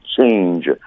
change